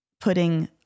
putting